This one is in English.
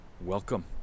Welcome